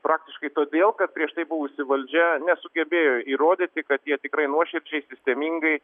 praktiškai todėl kad prieš tai buvusi valdžia nesugebėjo įrodyti kad jie tikrai nuoširdžiai sistemingai